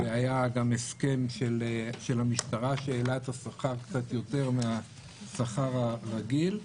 והיה גם הסכם של המשטרה שהעלה את השכר קצת יותר מהשכר הרגיל,